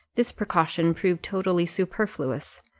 this precaution proved totally superfluous,